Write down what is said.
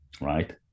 right